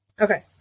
okay